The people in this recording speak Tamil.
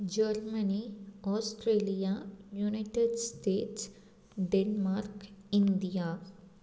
Germany Australia United States Denmark India